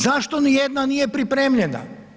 Zašto nijedna nije pripremljena?